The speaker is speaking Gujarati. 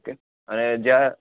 ઓકે અને જ્યાં